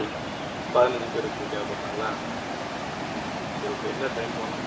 பதினைஞ்சி பேருக்கு தேவைப்படுதுங்களா ம் சரி ஓகே என்ன டைமுக்கு கொண்டு வரணும்